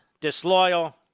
disloyal